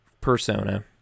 persona